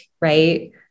right